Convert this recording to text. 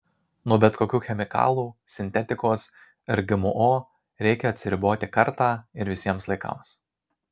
nuo bet kokių chemikalų sintetikos ir gmo reikia atsiriboti kartą ir visiems laikams